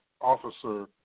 officer